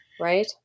Right